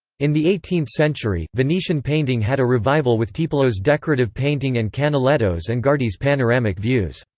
in the eighteenth century, venetian painting had a revival with tiepolo's decorative painting and canaletto's and guardi's panoramic views.